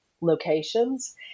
locations